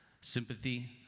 sympathy